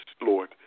Lord